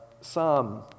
Psalm